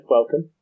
Welcome